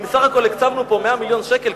אם בסך הכול הקצבנו פה 100 מיליון שקל,